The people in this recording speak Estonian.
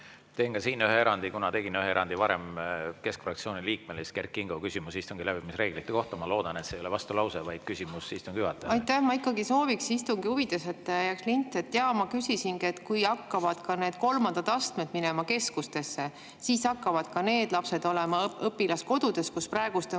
Teen ka siin ühe erandi, kuna tegin ühe erandi varem keskfraktsiooni liikmele. Kert Kingo, küsimus istungi läbiviimise reeglite kohta. Ma loodan, et see ei ole vastulause, vaid küsimus istungi juhatajale. Aitäh! Ma ikkagi sooviks istungi huvides, et see jääks linti. Jaa, ma küsisingi, et kui hakkavad ka need kolmandad astmed minema keskustesse, kas siis hakkavad ka need lapsed olema õpilaskodudes, kus praegu on